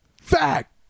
Fact